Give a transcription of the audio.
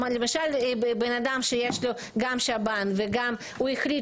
למשל בן אדם שיש לו גם שב"ן והוא החליט